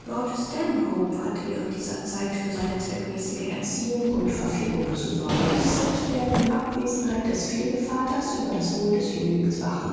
lord stanhope hat während dieser zeit für seine zweckmäßige erziehung und verpflegung zu sorgen ich selbst werde in abwesenheit des pflegevaters über das wohl des jünglings wachen